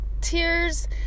tears